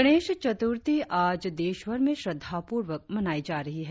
गणेश चतुर्थी आज देशभर में श्रद्धापूर्वक मनाई जा रही है